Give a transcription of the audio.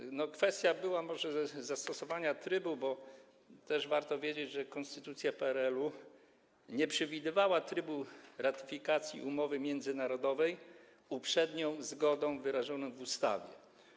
Była tu może kwestia zastosowania trybu, bo też warto wiedzieć, że konstytucja PRL-u nie przewidywała trybu ratyfikacji umowy międzynarodowej z uprzednią zgodą wyrażoną w ustawie.